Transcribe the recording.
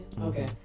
Okay